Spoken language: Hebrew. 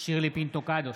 שירלי פינטו קדוש,